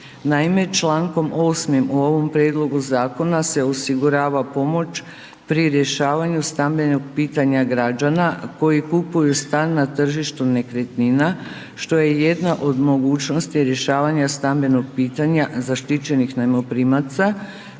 Naime, člankom 8. u ovom prijedlogu zakona se osigurava pomoć pri rješavanju stambenog pitanja građana koji kupuju stan na tržištu nekretnina što je jedna od mogućnosti rješavanja stambenog pitanja zaštićenih najmoprimaca